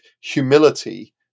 humility